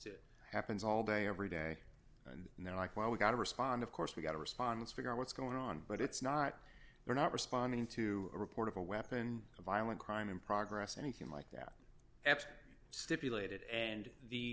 it happens all day every day and they're like well we got to respond of course we got a response figure out what's going on but it's not we're not responding to a report of a weapon a violent crime in progress anything like that absolutely stipulated and the